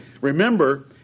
Remember